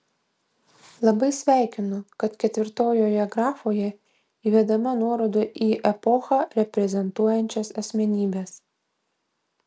labai sveikinu kad ketvirtojoje grafoje įvedama nuoroda į epochą reprezentuojančias asmenybes